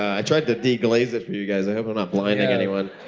i tried to deglaze it for you guys, i hope i'm not blinding anyone.